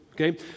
Okay